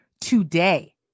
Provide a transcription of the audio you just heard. today